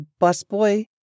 busboy